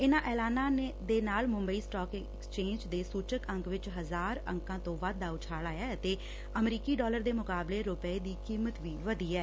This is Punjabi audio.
ਇਨ੍ਹਾਂ ਐਲਾਨਾਂ ਦੇ ਨਾਲ ਮੁੰਬਈ ਸਟਾਕ ਐਕਸਚੇਜ਼ ਦੇ ਸੁਚਕ ਅੰਕ ਵਿਚ ਇਕ ਹਜ਼ਾਰ ਅੰਕਾਂ ਤੋਂ ਵੱਧ ਦਾ ਉਛਾਲ ਆਇਐ ਅਤੇ ਅਮਰੀਕੀ ਡਾਲਰ ਦੇ ਮੁਕਾਬਲੇ ਰੁਪੈ ਦੀ ਕੀਮਤ ਵੀ ਵਧੀ ਐ